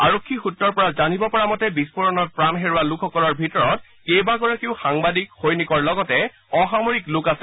আৰক্ষী সূত্ৰৰ পৰা জানিব পৰা মতে বিস্ফোৰণত প্ৰাণ হেৰুওৱা লোকসকলৰ ভিতৰত কেইবাগৰাকীও সাংবাদিক সৈনিকৰ লগতে অসামৰিক লোক আছে